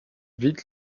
vite